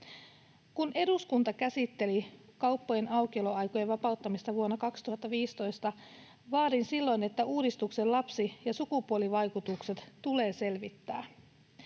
Kun eduskunta käsitteli kauppojen aukioloaikojen vapauttamista vuonna 2015, vaadin silloin, että uudistuksen lapsi- ja sukupuolivaikutukset tulee selvittää.